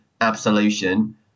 absolution